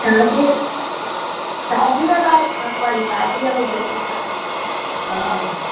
शादी शादीअ लाइ ज खपनि शादीअ में जेके पाइणा आहिनि हा